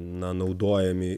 na naudojami